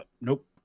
Nope